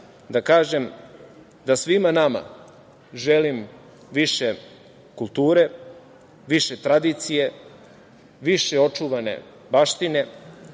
da kažem da svima nama želim više kulture, više tradicije, više očuvane baštine,